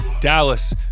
Dallas